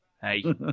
Hey